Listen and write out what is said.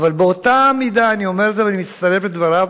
אבל באותה מידה אני אומר את זה ואני מצטרף לדבריו